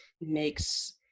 makes